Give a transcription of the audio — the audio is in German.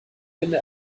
finde